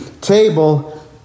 Table